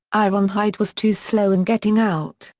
ironhide was too slow in getting out,